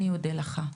אני אודה לך.